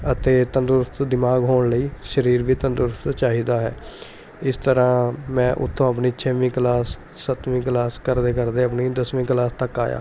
ਅਤੇ ਤੰਦਰੁਸਤ ਦਿਮਾਗ ਹੋਣ ਲਈ ਸਰੀਰ ਵੀ ਤੰਦਰੁਸਤ ਚਾਹੀਦਾ ਹੈ ਇਸ ਤਰ੍ਹਾਂ ਮੈਂ ਉੱਥੋਂ ਆਪਣੀ ਛੇਵੀਂ ਕਲਾਸ ਸੱਤਵੀਂ ਕਲਾਸ ਕਰਦੇ ਕਰਦੇ ਆਪਣੀ ਦਸਵੀਂ ਕਲਾਸ ਤੱਕ ਆਇਆ